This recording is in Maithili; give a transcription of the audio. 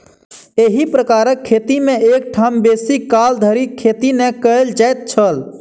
एही प्रकारक खेती मे एक ठाम बेसी काल धरि खेती नै कयल जाइत छल